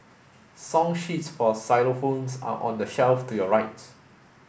song sheets for xylophones are on the shelf to your right